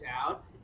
out